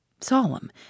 Solemn